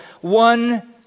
one